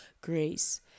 grace